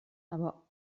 aber